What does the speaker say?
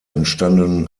entstanden